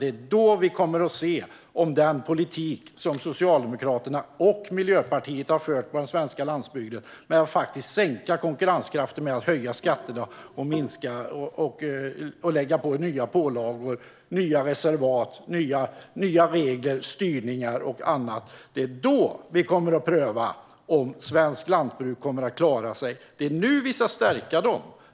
Det är då det kommer att prövas om den politik som Socialdemokraterna och Miljöpartiet har fört på den svenska landsbygden - att sänka konkurrenskraften genom att höja skatterna och lägga på nya pålagor, nya reservat, nya regler, styrningar och annat - gör att svenskt lantbruk klarar sig. Det är nu vi ska stärka dem.